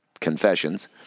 Confessions